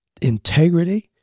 integrity